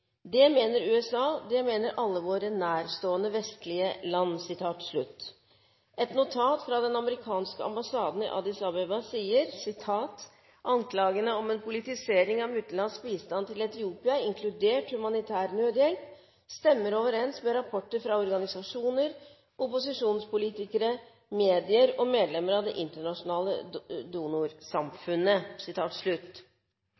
det rapporten avdekker. Et ambassadenotat fra den amerikanske ambassaden i Addis sier: «Anklagene om en politisering av utenlandsk bistand til Etiopia, inklusive humanitær nødhjelp, stemmer overens med rapporter fra organisasjoner, opposisjonspolitikere, medier og medlemmer av det internasjonale